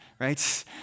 right